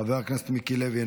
חבר הכנסת מיקי לוי,